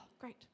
great